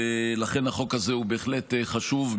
ולכן, החוק הזה הוא בהחלט חשוב.